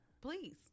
Please